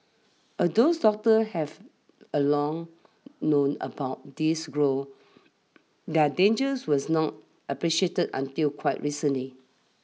all those doctors have a long known about these growths their dangers was not appreciated until quite recently